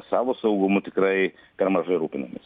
savo saugumu tikrai per mažai rūpinamasi